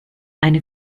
eine